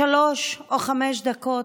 שלוש או חמש דקות,